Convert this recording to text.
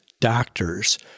doctors